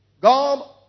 God